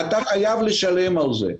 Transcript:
--- אתה חייב לשלם על זה.